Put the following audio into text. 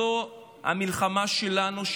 זו המלחמה שלנו,